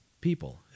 people